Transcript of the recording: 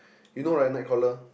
you know right Nightcrawler